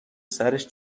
سرش